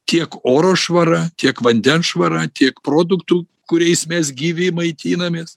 tiek oro švara tiek vandens švara tiek produktų kuriais mes gyvi maitinamės